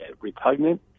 repugnant